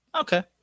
Okay